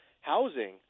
housing